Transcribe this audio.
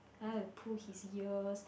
I like to pull his ears